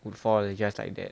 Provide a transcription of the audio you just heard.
would fall just like that